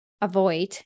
avoid